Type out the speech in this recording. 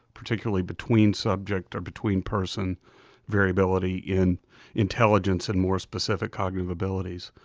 particularly, between-subject or between-person variability in intelligence and more specific cognitive abilities.